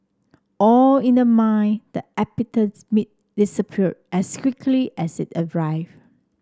all in the mind the disappeared as quickly as it arrived